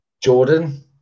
Jordan